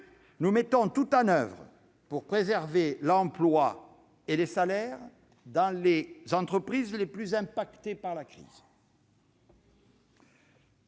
nous mettons tout en oeuvre pour préserver l'emploi et les salaires dans les entreprises les plus touchées par la crise.